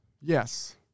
Yes